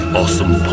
awesome